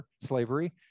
slavery